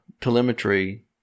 telemetry